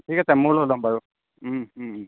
ঠিক আছে ময়ো লৈ যাম বাৰু